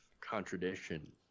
contradiction